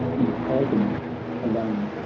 in agony alone.